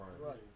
Right